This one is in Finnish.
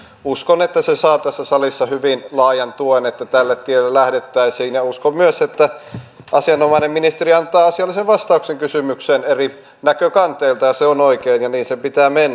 uskon että se saa tässä salissa hyvin laajan tuen että tälle tielle lähdettäisiin ja uskon myös että asianomainen ministeri antaa asiallisen vastauksen kysymykseen eri näkökanteilta ja se on oikein ja niin sen pitää mennä